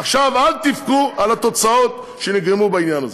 עכשיו אל תבכו על התוצאות של העניין הזה.